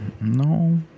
No